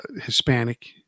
Hispanic